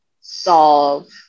solve